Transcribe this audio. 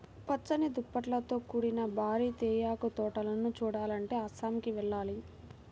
పచ్చని దుప్పట్లతో కూడిన భారీ తేయాకు తోటలను చూడాలంటే అస్సాంకి వెళ్ళాలి